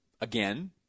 again